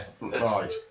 Right